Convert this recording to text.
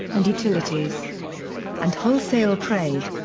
and utilities and wholesale trade.